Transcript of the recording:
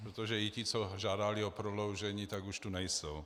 Protože i ti, co žádali o prodloužení, už tu nejsou.